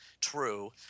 true